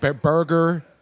burger